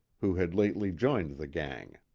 who had lately joined the gang.